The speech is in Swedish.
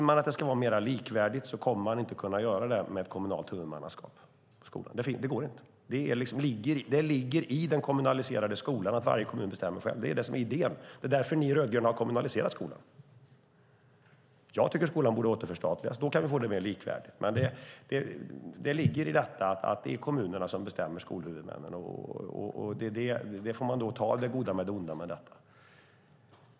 Man kommer inte att kunna göra det mer likvärdigt med ett kommunalt huvudmannaskap för skolan. Det går inte. Det ligger i den kommunaliserade skolan att varje kommun bestämmer själv. Det är idén. Det är därför ni rödgröna har kommunaliserat skolan. Jag tycker att skolan borde återförstatligas. Då kan vi få den mer likvärdig. Det är kommunerna och skolhuvudmännen som bestämmer. Man får ta det goda med det onda med detta.